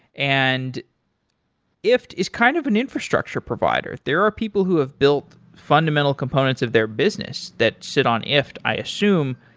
and ifttt is kind of an infrastructure provider. there are people who have built fundamental components of their business that sit on ifttt, i assume.